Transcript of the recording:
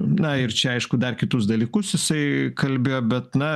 na ir čia aišku dar kitus dalykus jisai kalbėjo bet na